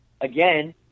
again